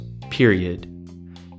period